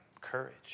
courage